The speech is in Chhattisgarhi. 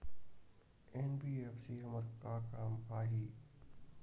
एन.बी.एफ.सी हमर का काम आही?